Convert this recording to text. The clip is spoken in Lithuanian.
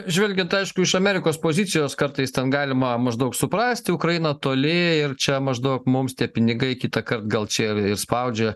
žvelgiant aišku iš amerikos pozicijos kartais ten galima maždaug suprasti ukrainą toli ir čia maždaug mums tie pinigai kitąkart gal čia ir spaudžia